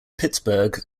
pittsburgh